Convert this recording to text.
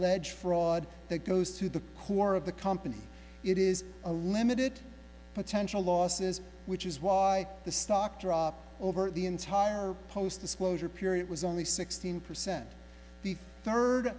alleged fraud that goes to the core of the company it is a limited potential losses which is why the stock drop over the entire post disclosure period was only sixteen percent th